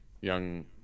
young